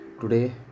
Today